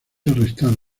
arrestado